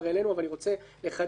אבל אני רוצה לחדד אותו,